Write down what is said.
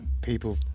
people